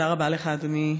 תודה רבה לך, אדוני היושב-ראש.